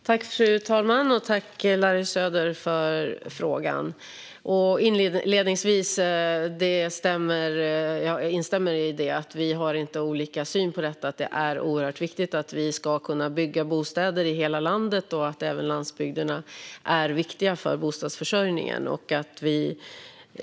Fru talman! Tack för frågan, Larry Söder! Jag instämmer i att vi inte har olika syn på detta. Det är oerhört viktigt att man ska kunna bygga bostäder i hela landet, och även landsbygderna är viktiga för bostadsförsörjningen.